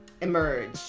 emerge